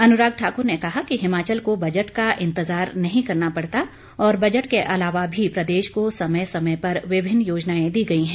अनुराग ठाकुर ने कहा कि हिमाचल को बजट का इंतजार नहीं करना पड़ता और बजट के अलावा भी प्रदेश को समय समय पर विभिन्न योजनाएं दी गई है